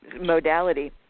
modality